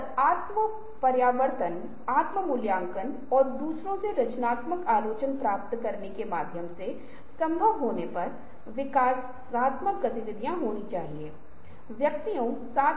यहाँ पूरी बात है कि आप यहाँ के बारे में बात की कि खेल और सभी जो एक विशेष तरीके से प्रतिबंधित नियंत्रित हैं